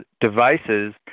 devices